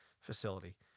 facility